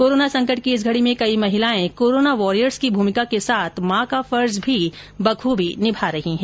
corona संकट की इस घड़ी में कई महिलाएं कोरोना वॉरियर्स की भूमिका को साथ मां का फर्ज भी बखूबी निभा रही है